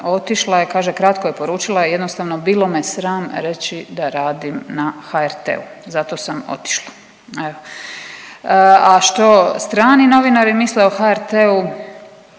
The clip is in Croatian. otišla je, kaže kratko je poručila, jednostavno bilo me sram reći da radim na HRT-u, zato sam otišla, evo. A što strani novinari misle o HRT-u,